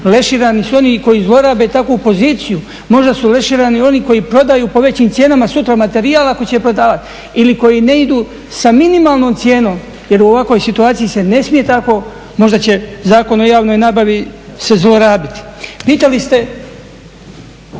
lešinari su i oni koji zlorabe takvu poziciju. Možda su lešinari oni koji prodaju po većim cijenama …/Govornik se ne razumije./… materijal ako će prodavati ili koji ne idu sa minimalnom cijenom. Jer u ovakvoj situaciju se ne smije tako, možda će Zakon o javnoj nabavi se zlorabiti. Pitali ste